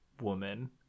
woman